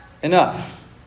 Enough